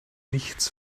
nichts